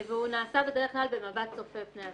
והוא נעשה בדרך כלל במבט צופה פני עתיד.